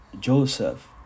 Joseph